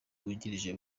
bungirije